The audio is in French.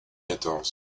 quatorze